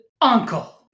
Uncle